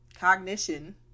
cognition